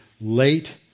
late